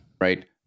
right